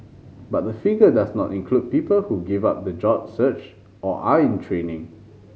but the figure does not include people who give up the job search or are in training